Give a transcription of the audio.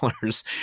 dollars